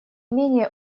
менее